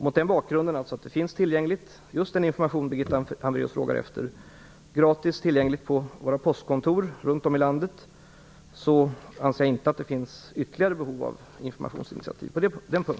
Mot denna bakgrund finner jag inte att behov föreligger av ytterligare informationsinitiativ rörande den fråga som Birgitta Hambraeus tar upp.